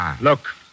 Look